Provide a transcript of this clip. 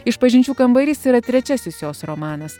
išpažinčių kambarys yra trečiasis jos romanas